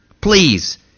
please